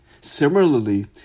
Similarly